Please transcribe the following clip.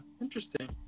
interesting